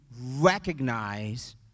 recognize